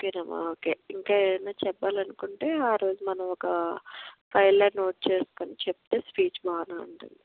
okay అమ్మ okay ఇంకా ఏవైనా చెప్పాలనుకుంటే ఆ రోజు మనము ఒక ఫైల్లో నోట్ చేసుకుని చెప్తే స్పీచ్ బాగానే ఉంటుంది